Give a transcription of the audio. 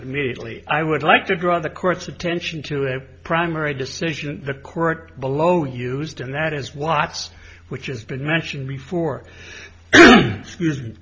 immediately i would like to draw the court's attention to a primary decision the court below used and that is watts which has been mentioned before excuse